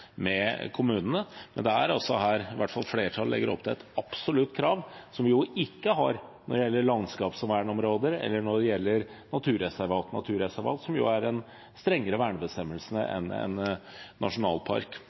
med kommunene, men her legger altså flertallet opp til et absolutt krav som man ikke har når det gjelder landskapsvernområder, eller når det gjelder naturreservat. Naturreservat har jo strengere vernebestemmelser enn en